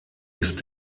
ist